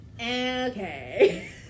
Okay